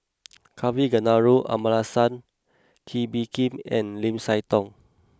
Kavignareru Amallathasan Kee Bee Khim and Lim Siah Tong